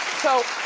so